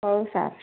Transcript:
ହଉ ସାର୍